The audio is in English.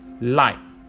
light